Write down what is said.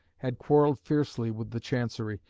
had quarrelled fiercely with the chancery,